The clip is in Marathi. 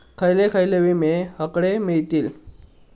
खयले खयले विमे हकडे मिळतीत?